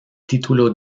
título